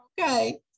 okay